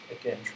again